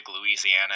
Louisiana